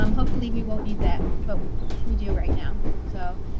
um hopefully we won't need that, but we do right now, so.